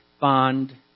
bond